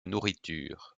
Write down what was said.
nourriture